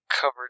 covered